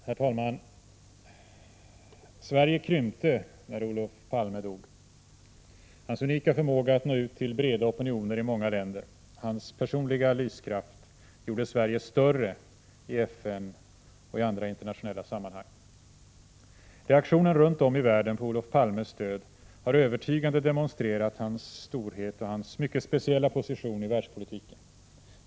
Herr talman! Sverige krympte när Olof Palme dog. Hans unika förmåga att nå ut till breda opinioner i många länder, hans personliga lyskraft gjorde Sverige större i FN och i andra internationella sammanhang. Reaktionen runt om i världen på Olof Palmes död har övertygande demonstrerat hans storhet och hans mycket speciella position i världspolitiken.